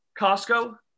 Costco